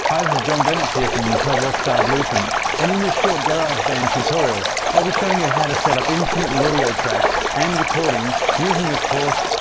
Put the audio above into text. hi this is john bennetts here from total rock star blueprint and in this short garageband tutorial i'll be showing you how to set up instrument and audio tracks and recording using of course,